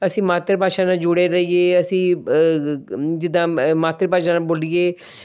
ਅਸੀਂ ਮਾਤਰ ਭਾਸ਼ਾ ਨਾਲ ਜੁੜੇ ਰਹੀਏ ਅਸੀਂ ਜਿਦਾਂ ਮਾਤਰ ਭਾਸ਼ਾ ਨਾਲ ਬੋਲੀਏ